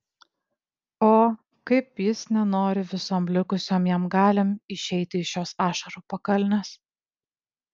o kaip jis nenori visom likusiom jam galiom išeiti iš šios ašarų pakalnės